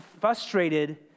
frustrated